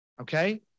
okay